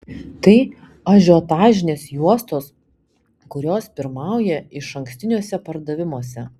tai ažiotažinės juostos kurios pirmauja išankstiniuose pardavimuose